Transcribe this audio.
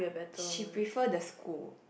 she prefer the school